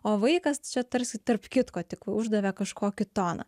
o vaikas čia tarsi tarp kitko tik uždavė kažkokį toną